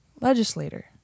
Legislator